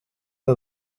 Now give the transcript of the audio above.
are